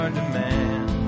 demand